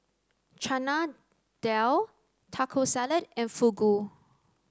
Chana Dal Taco Salad and Fugu